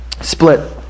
split